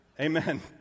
Amen